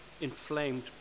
inflamed